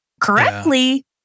correctly